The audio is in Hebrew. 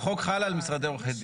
החוק חל על משרדי עורכי דין.